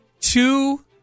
two